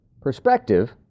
Perspective